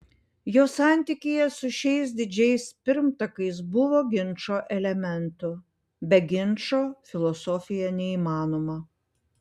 jo santykyje su šiais didžiais pirmtakais buvo ginčo elementų be ginčo filosofija neįmanoma